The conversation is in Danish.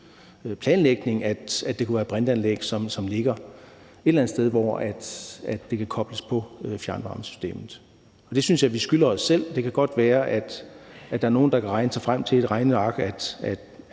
planlægning, at det kunne være brintanlæg, som ligger et eller andet sted, hvor det kan kobles på fjernvarmesystemet. Og det synes jeg vi skylder os selv. Det kan godt være, at der er nogle, der kan regne sig frem til i et regneark, at